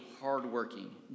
hardworking